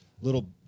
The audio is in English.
little